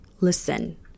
Listen